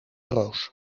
roos